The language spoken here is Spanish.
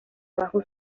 bajo